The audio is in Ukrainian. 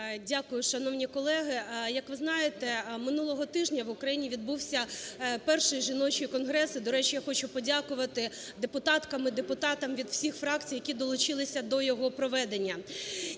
Дякую. Шановні колеги, як ви знаєте, минулого тижня в Україні відбувся перший жіночий конгрес. До речі, я хочу подякувати депутаткам і депутатам від всіх фракцій, які долучилися до його проведення.